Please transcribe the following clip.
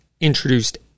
introduced